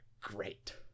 great